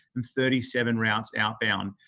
and thirty seven routes outbound.